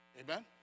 Amen